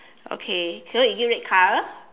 okay so is it red color